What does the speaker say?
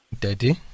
Daddy